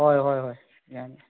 ꯍꯣꯏ ꯍꯣꯏ ꯍꯣꯏ ꯌꯥꯅꯤ